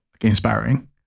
inspiring